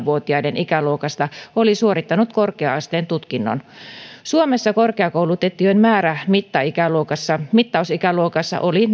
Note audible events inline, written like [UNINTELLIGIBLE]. [UNINTELLIGIBLE] vuotaiden ikäluokasta oli suorittanut korkea asteen tutkinnon suomessa korkeakoulutettujen määrä mittausikäluokassa mittausikäluokassa oli [UNINTELLIGIBLE]